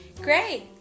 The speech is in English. Great